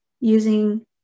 using